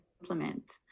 implement